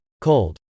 cold